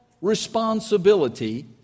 responsibility